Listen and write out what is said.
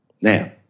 Now